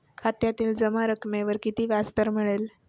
खात्यातील जमा रकमेवर किती व्याजदर मिळेल?